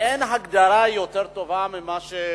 ואין הגדרה יותר טובה מזו.